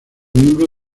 miembro